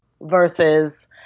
versus